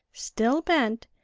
still bent,